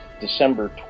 December